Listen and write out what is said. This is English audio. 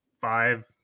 five